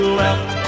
left